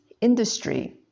industry